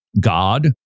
God